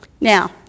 Now